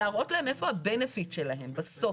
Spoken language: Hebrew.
להראות להם איפה הבנפיט שלהם בסוף,